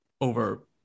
over